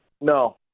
No